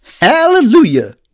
Hallelujah